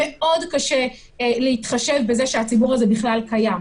מאוד קשה להתחשב בזה שהציבור הזה בכלל קיים.